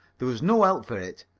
there was no help for it.